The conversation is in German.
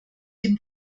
dem